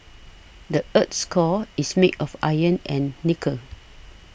the earth's core is made of iron and nickel